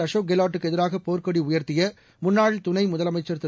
அசோக் கெலாட்டுக்கு எதிராக போர்க்கொடி உயர்த்திய முன்னாள் துணை முதலமைச்சர் திரு